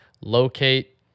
locate